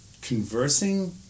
conversing